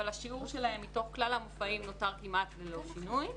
אבל השיעור שלהם מתוך כלל המופעים נותר כמעט ללא שינוי.